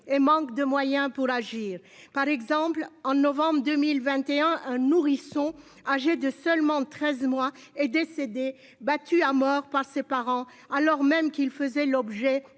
et manquent de moyens pour agir. Par exemple, en novembre 2021 un nourrisson âgé de seulement 13 mois est décédé. Battu à mort par ses parents, alors même qu'il faisait l'objet